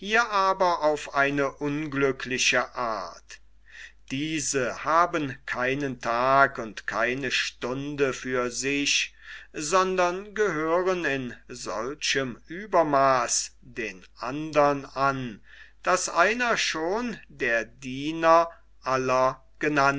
aber ans eine unglückliche art diese haben keinen tag und keine stunde für sich sondern gehören in solchem uebermaaß den andern an daß einer schon der diener aller